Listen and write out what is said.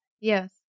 Yes